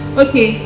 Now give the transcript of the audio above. okay